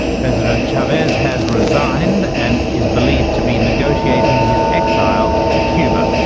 president chavez has resigned and is believed to be negotiating his exile to cuba.